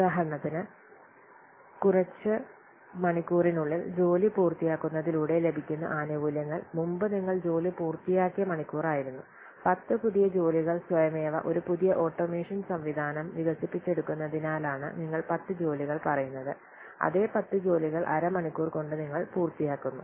ഉദാഹരണത്തിന് കുറച്ച് മണിക്കൂറിനുള്ളിൽ ജോലി പൂർത്തിയാക്കുന്നതിലൂടെ ലഭിക്കുന്ന ആനുകൂല്യങ്ങൾ മുമ്പ് നിങ്ങൾ ജോലി പൂർത്തിയാക്കിയ മണിക്കൂറായിരുന്നു 10 പുതിയ ജോലികൾ സ്വയമേവ ഒരു പുതിയ ഓട്ടോമേഷൻ സംവിധാനം വികസിപ്പിച്ചെടുക്കുന്നതിനാലാണ് നിങ്ങൾ 10 ജോലികൾ പറയുന്നത് അതേ 10 ജോലികൾ അരമണിക്കൂർ കൊണ്ട് നിങ്ങൾ പൂർത്തിയാക്കുന്നു